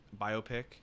biopic